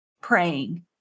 praying